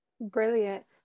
Brilliant